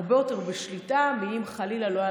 הרבה יותר בשליטה, לעומת